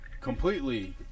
completely